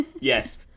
yes